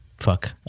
fuck